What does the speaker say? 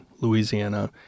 Louisiana